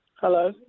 Hello